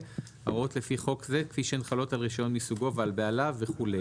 ההוראות לפי חוק זה כפי שהן חלות על רישיון מסוגו ועל בעליו וכו'.